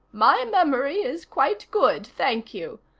my memory is quite good, thank you.